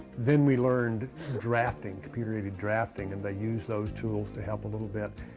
then we learned drafting computer-aided drafting and they use those tools to help a little bit.